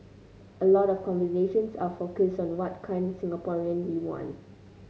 a lot of conversations are focused on what kind Singaporean we want